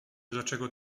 dlaczego